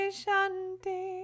shanti